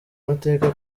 mateka